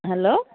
hello